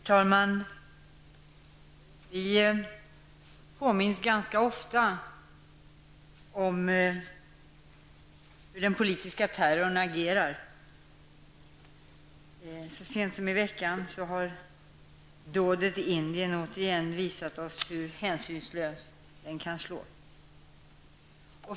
Herr talman! Vi påminns ganska ofta om hur den politiska terrorn agerar. Så sent som i veckan har dådet i Indien återigen visat oss hur hänsynslöst den kan slå.